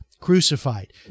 crucified